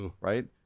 right